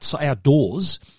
outdoors